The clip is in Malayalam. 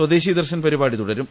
സ്വദേശി ദർശൻ പരിപാടി തുടരും